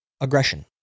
aggression